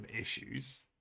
issues